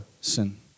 sin